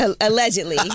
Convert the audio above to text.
Allegedly